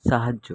সাহায্য